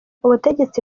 ubutegetsi